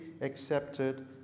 accepted